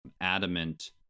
adamant